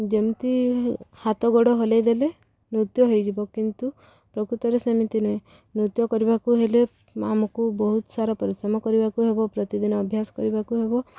ଯେମିତି ହାତ ଗୋଡ଼ ହଲେଇଦେଲେ ନୃତ୍ୟ ହୋଇଯିବ କିନ୍ତୁ ପ୍ରକୃତରେ ସେମିତି ନୁହେଁ ନୃତ୍ୟ କରିବାକୁ ହେଲେ ଆମକୁ ବହୁତ ସାରା ପରିଶ୍ରମ କରିବାକୁ ହେବ ପ୍ରତିଦିନ ଅଭ୍ୟାସ କରିବାକୁ ହେବ